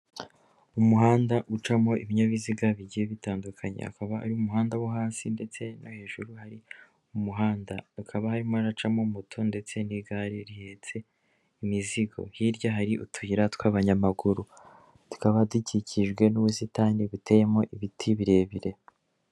Umuhanda ucamo ibinyabiziga bigiye bitandukanye, akaba ari umuhanda wo hasi ndetse no hejuru hari umuhanda hakaba harimo haracamo moto ndetse n'igare rihetse imizigo, hirya hari utuyira tw'abanyamaguru tuba dukikijwe n'ubusitani buteyemo ibiti birebire.